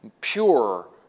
pure